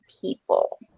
people